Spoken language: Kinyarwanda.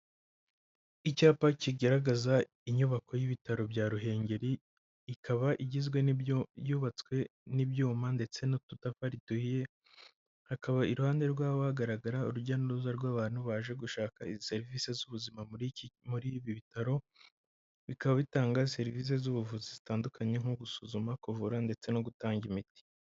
Icyapa kigaragaza inyubako y'ibitaro bya Ruhengeri, ikaba igizwe n'ibyo yubatswe n'ibyuma ndetse n'ututafari duhiye, hakaba iruhande rw'aho hagaragara urujya n'uruza rw'abantu baje gushaka izi serivisi z'ubuzima muri iki muri ibi bitaro, bikaba bitanga serivisi z'ubuvuzi zitandukanye nko gusuzuma, kuvura, ndetse no gutanga imiti.